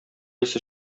исе